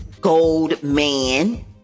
Goldman